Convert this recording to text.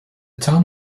town